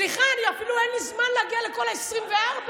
סליחה, אפילו אין לי זמן להגיע לכל ה-24.